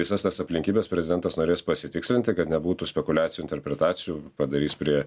visas tas aplinkybes prezidentas norės pasitikslinti kad nebūtų spekuliacijų interpretacijų padarys prie